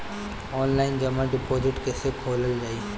Online जमा deposit कैसे खोलल जाइ?